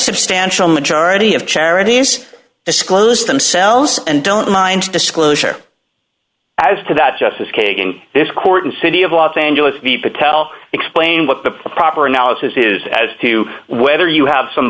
substantial majority of charities disclose themselves and don't mind disclosure as to that justice kagan this court and city of los angeles meet patel explain what the proper analysis is as to whether you have some